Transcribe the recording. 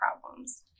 problems